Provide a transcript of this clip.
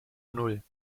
null